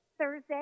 Thursday